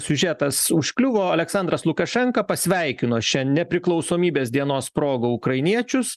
siužetas užkliuvo aleksandras lukašenka pasveikino šia nepriklausomybės dienos proga ukrainiečius